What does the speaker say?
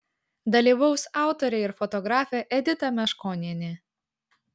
dalyvaus autorė ir fotografė edita meškonienė